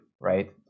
right